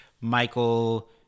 Michael